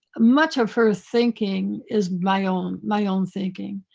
much of her thinking is my own, my own thinking.